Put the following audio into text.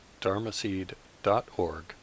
dharmaseed.org